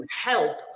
help